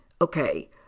Okay